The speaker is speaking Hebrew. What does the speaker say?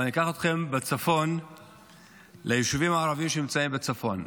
אבל אני אקח אתכם ליישובים הערביים שנמצאים בצפון.